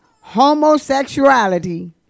homosexuality